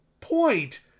point